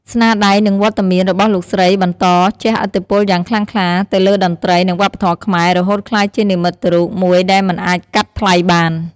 ស្នាដៃ និងវត្តមានរបស់លោកស្រីបន្ត ជះឥទ្ធិពលយ៉ាងខ្លាំងក្លា ទៅលើតន្ត្រី និងវប្បធម៌ខ្មែរ រហូតក្លាយជា និមិត្តរូប មួយដែលមិនអាចកាត់ថ្លៃបាន។